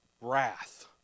wrath